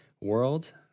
World